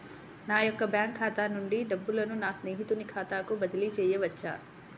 నా యొక్క బ్యాంకు ఖాతా నుండి డబ్బులను నా స్నేహితుని ఖాతాకు బదిలీ చేయవచ్చా?